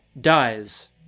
Dies